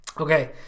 Okay